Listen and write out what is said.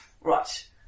Right